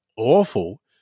awful